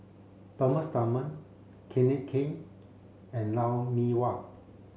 Thomas Dunman Kenneth Keng and Lou Mee Wah